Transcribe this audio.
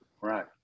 Right